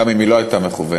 גם אם היא לא הייתה מכוונת,